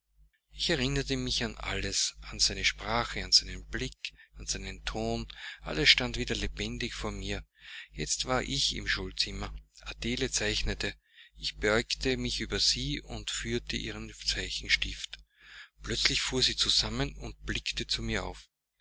ich erinnerte mich an alles an seine sprache an seinen blick an seinen ton alles stand wieder lebendig vor mir jetzt war ich im schulzimmer adele zeichnete ich beugte mich über sie und führte ihren zeichenstift plötzlich fuhr sie zusammen und blickte zu mir auf